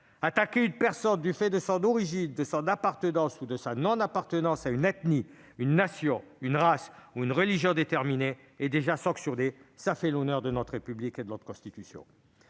Attaquer une personne du fait de son origine, de son appartenance ou de sa non-appartenance à une ethnie, à une nation, à une race ou à une religion déterminée est déjà sanctionné. Cela fait l'honneur de notre République et de notre Constitution.